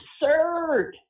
absurd